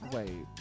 Wait